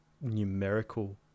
numerical